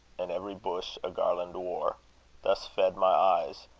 and every bush a garland wore thus fed my eyes,